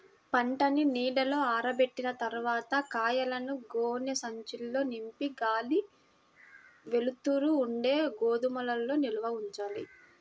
పంటని నీడలో ఆరబెట్టిన తర్వాత కాయలను గోనె సంచుల్లో నింపి గాలి, వెలుతురు ఉండే గోదాముల్లో నిల్వ ఉంచాలి